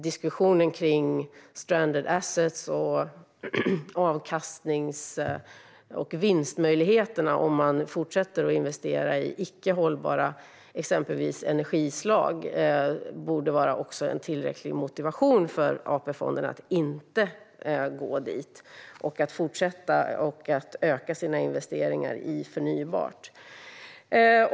Diskussionen om stranded assets och vinstmöjligheten om man fortsätter att investera i icke hållbara exempelvis energislag borde också vara en tillräcklig motivation för AP-fonderna att inte gå dit och att fortsätta att öka sina investeringar i förnybart.